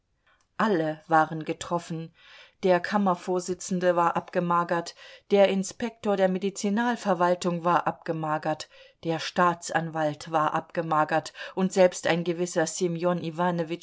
alle waren getroffen der kammervorsitzende war abgemagert der inspektor der medizinalverwaltung war abgemagert der staatsanwalt war abgemagert und selbst ein gewisser